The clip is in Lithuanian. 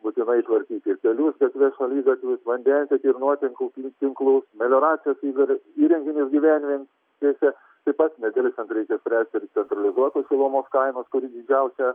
būtinai tvarkyti kelius gatves šaligatvius vandentiekį ir nuotekų tinklus melioratocijos ireng įrenginius gyvenvietėse taip pat nedelsiant reikia spręsti ir centralizuotos šilumos kainas kuri didžiausia